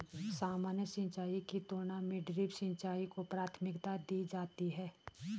सामान्य सिंचाई की तुलना में ड्रिप सिंचाई को प्राथमिकता दी जाती है